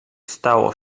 stało